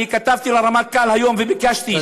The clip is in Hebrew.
אני כתבתי לרמטכ"ל היום, וביקשתי, תודה.